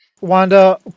Wanda